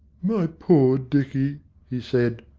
my poor dicky he said,